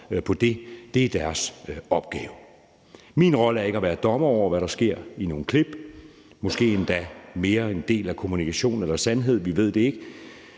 Det er deres opgave. Min rolle er ikke at være dommer over, hvad der ses ske i nogle klip – måske er det endda mere en del af kommunikationen, end det er sandheden; vi ved det ikke